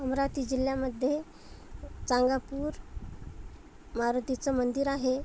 अमरावती जिल्ह्यामध्ये चांगापूर मारूतीचं मंदिर आहे